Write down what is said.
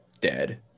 dead